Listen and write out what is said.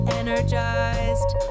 energized